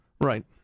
Right